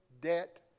debt